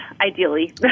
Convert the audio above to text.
ideally